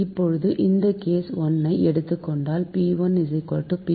இப்போது இந்த கேஸ் 1 ஐ எடுத்துக்கொண்டால் p1p2